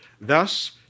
Thus